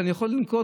ואני יכול לנקוב,